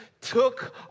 took